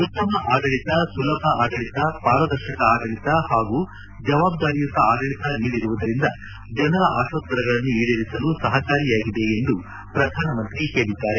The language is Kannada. ಉತ್ತಮ ಆಡಳಿತ ಸುಲಭ ಆಡಳಿತ ಪಾರದರ್ಶಕ ಆಡಳಿತ ಹಾಗೂ ಜವಾಬ್ದಾರಿಯುತ ಆಡಳಿತ ನೀಡಿರುವುದರಿಂದ ಜನರ ಆಶೋತ್ತರಗಳನ್ನು ಈಡೇರಿಸಲು ಸಹಕಾರಿಯಾಗಿದೆ ಎಂದು ಪ್ರಧಾನಿ ಹೇಳಿದ್ದಾರೆ